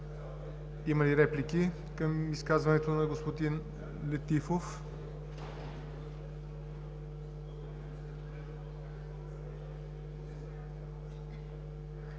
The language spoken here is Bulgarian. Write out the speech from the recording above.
Има ли реплики към изказването на господин Летифов?